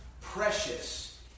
precious